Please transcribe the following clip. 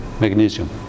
magnesium